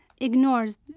ignores